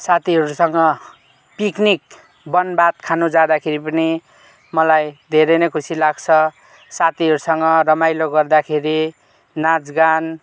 साथीहरूसँग पिकनिक बनभात खानु जादाँखेरि पनि मलाई धेरै नै खुसी लाग्छ साथीहरूसँग रमाइलो गर्दाखेरि नाचगान